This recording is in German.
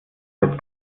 wird